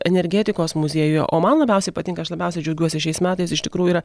energetikos muziejuje o man labiausiai patinka aš labiausiai džiaugiuosi šiais metais iš tikrųjų yra